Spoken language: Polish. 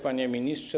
Panie Ministrze!